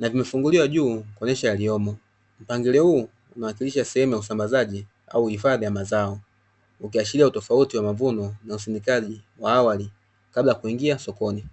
na vimefunguliwa juu kuonyesha yaliyomo. Mpangilio huu umewakilisha sehemu ya usambazaji au hifadhi ya mazao, ukiashiria utofauti wa mavuno na usindikaji wa awali kabla ya kuingia sokoni.